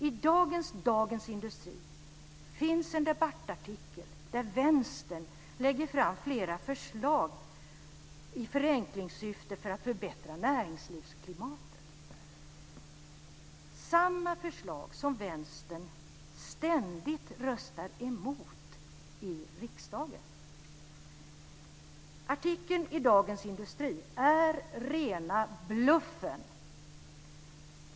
I dagens Dagens Industri finns en debattartikel där Vänstern lägger fram flera förslag i förenklingssyfte för att förbättra näringslivsklimatet. Samma förslag har Vänstern ständigt röstat emot i riksdagen. Artikeln i Dagens Industri är rena bluffen!